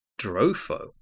Drofo